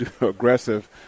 aggressive